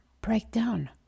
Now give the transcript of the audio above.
breakdown